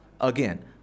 Again